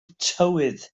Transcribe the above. tywydd